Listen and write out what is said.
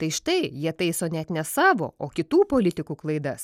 tai štai jie taiso net ne savo o kitų politikų klaidas